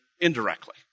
indirectly